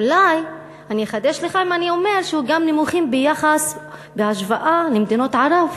אולי אני אחדש לך אם אני אומר שהוא גם נמוך ביחס ובהשוואה למדינות ערב.